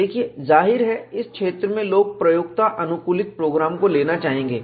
देखिए जाहिर है इस क्षेत्र में लोग प्रयोक्ता अनुकूलित प्रोग्राम को लेना चाहेंगे